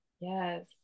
Yes